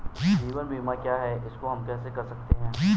जीवन बीमा क्या है इसको हम कैसे कर सकते हैं?